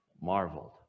marveled